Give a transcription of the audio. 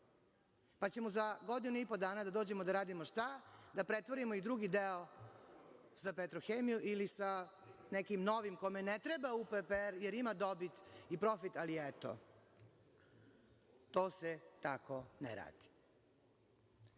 pa ćemo za godinu i po dana da dođemo da radimo šta, da pretvorimo i drugi deo sa Petrohemiju ili sa nekim novim kome ne treba UPPR jer ima dobit i profit, ali eto. To se tako ne radi. Znam